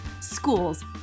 schools